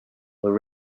were